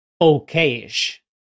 okay-ish